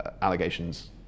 allegations